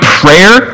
prayer